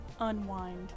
unwind